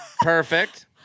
Perfect